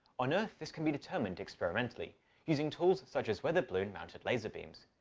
on earth this can be determined experimentally using tools such as weather-balloon-mounted laser beams.